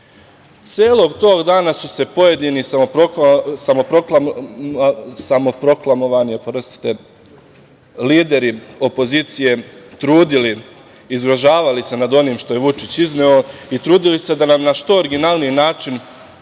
tog dana su se pojedini samoproklamovani lideri opozicije trudili i zgražavali se nad onim što je Vučić izneo i trudili se da nam na što originalniji način